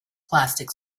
plastic